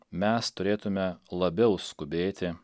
mes turėtume labiau skubėti